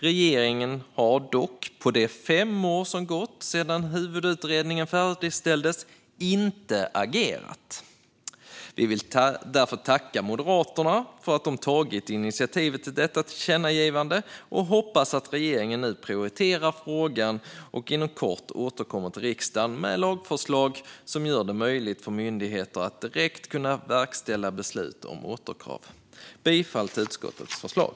Regeringen har dock på de fem år som gått sedan huvudutredningen färdigställdes inte agerat. Vi vill därför tacka Moderaterna för att de har tagit initiativ till detta tillkännagivande och hoppas att regeringen nu prioriterar frågan och inom kort återkommer till riksdagen med lagförslag som gör det möjligt för myndigheter att direkt verkställa beslut om återkrav. Jag yrkar bifall till utskottets förslag.